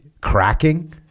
cracking